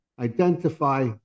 identify